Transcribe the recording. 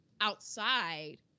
Outside